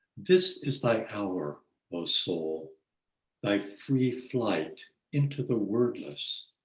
this is like our most soul like free flight into the wordless,